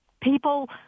people